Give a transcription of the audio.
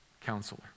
counselor